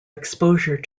exposure